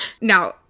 Now